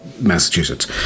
massachusetts